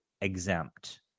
exempt